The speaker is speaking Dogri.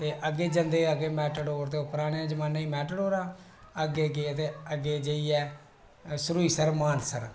ते अग्गै जंदे मेटाडोरा च पराने जमाने दियां मेटाडोरां अग्गाै गे ते अग्गै जाइयै सुरूईंसर मानसर